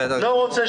לא רוצה